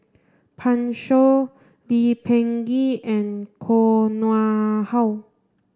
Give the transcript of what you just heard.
Pan Shou Lee Peh Gee and Koh Nguang How